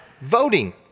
voting